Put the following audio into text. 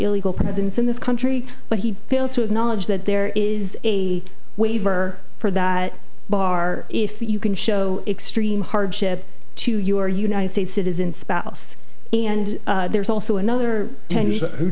illegal presence in this country but he fails to acknowledge that there is a waiver for that bar if you can show extreme hardship to your united states citizen spouse and there's also another who